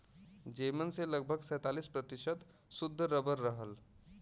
जेमन से लगभग सैंतालीस प्रतिशत सुद्ध रबर रहल